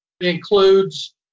includes